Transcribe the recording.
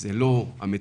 זאת לא המציאות.